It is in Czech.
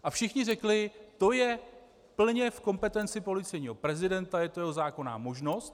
A všichni řekli: To je plně v kompetenci policejního prezidenta, je to jeho zákonná možnost.